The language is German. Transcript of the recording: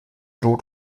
rot